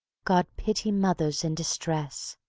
god pity mothers in distress,